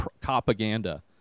propaganda